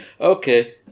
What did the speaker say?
Okay